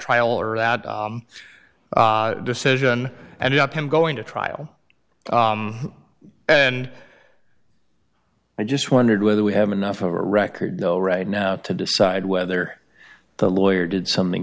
trial or that decision and up him going to trial and i just wondered whether we have enough of a record though right now to decide whether the lawyer did something